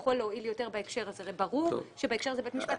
יכול להועיל יותר בהקשר הזה וברור שבהקשר הזה בית המשפט